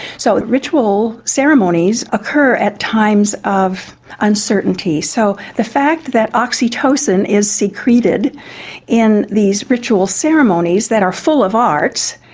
so ritual ceremonies occur at times of uncertainty. so the fact that oxytocin is secreted in these ritual ceremonies that are full of arts,